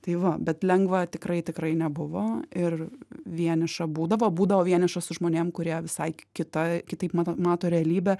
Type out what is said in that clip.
tai va bet lengva tikrai tikrai nebuvo ir vieniša būdavo būdavau vieniša su žmonėm kurie visai kita kitaip mat mato realybę